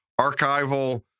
archival